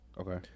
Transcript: Okay